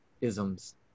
isms